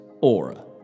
Aura